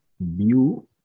view